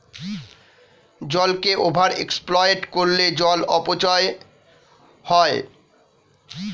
জলকে over exploit করলে জল অপচয় হয়